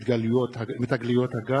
מתגליות הגז,